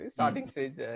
Starting-stage